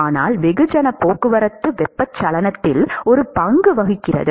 ஆனால் வெகுஜன போக்குவரத்து வெப்பச்சலனத்தில் ஒரு பங்கு வகிக்கிறது